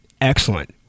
excellent